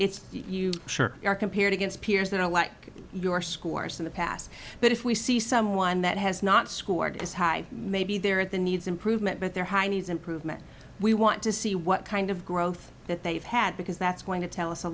it's you are compared against peers that are like your scores in the past but if we see someone that has not scored as high maybe they're at the needs improvement but their high needs improvement we want to see what kind of growth that they've had because that's going to tell us a